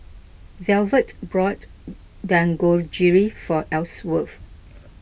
Velvet bought Dangojiru for Elsworth